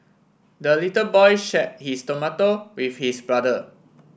the little boy share his tomato with his brother